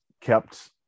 kept